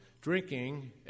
drinking